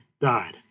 died